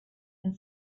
and